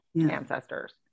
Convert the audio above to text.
ancestors